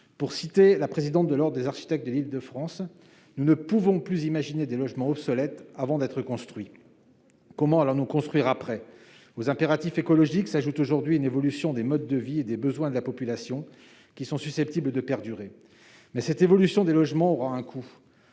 du conseil régional de l'Ordre des architectes d'Île-de-France, « nous ne pouvons plus imaginer des logements obsolètes avant d'être construits ». Comment allons-nous construire après ? Aux impératifs écologiques s'ajoute aujourd'hui une évolution des modes de vie et des besoins de la population qui est susceptible de perdurer, mais cette évolution des logements aura un coût